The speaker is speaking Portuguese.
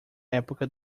época